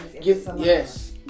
Yes